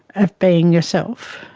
of being yourself.